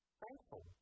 thankful